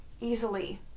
easily